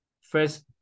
first